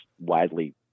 widely